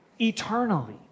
eternally